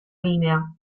linea